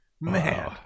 Man